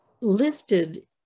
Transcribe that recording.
lifted